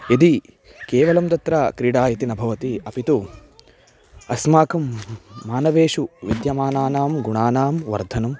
यदि केवलं तत्र क्रीडा इति न भवति अपि तु अस्माकं मानवेषु विद्यमानानां गुणानां वर्धनं